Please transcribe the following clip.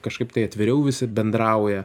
kažkaip tai atviriau visi bendrauja